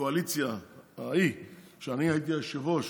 בקואליציה ההיא, שאני הייתי היושב-ראש,